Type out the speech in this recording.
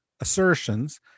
assertions